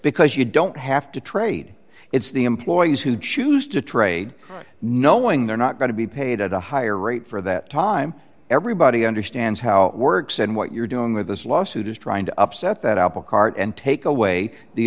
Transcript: because you don't have to trade it's the employees who choose to trade knowing they're not going to be paid at a higher rate for that time everybody understands how it works and what you're doing with this lawsuit is trying to upset that apple cart and take away the